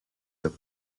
took